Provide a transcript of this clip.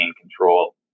control